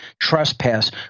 trespass